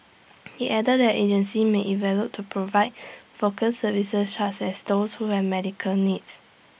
he added that agencies may to provide focused services such as those who have medical needs